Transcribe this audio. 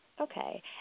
Okay